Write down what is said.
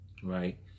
Right